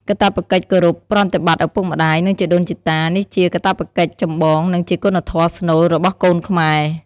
កាតព្វកិច្ចគោរពប្រតិបត្តិឪពុកម្ដាយ និងជីដូនជីតា នេះជា កាតព្វកិច្ចចម្បង និងជាគុណធម៌ស្នូល របស់កូនខ្មែរ។